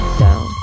down